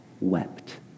wept